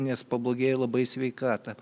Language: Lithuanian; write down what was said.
nes pablogėjo labai sveikata